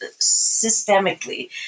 systemically